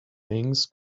things